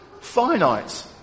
finite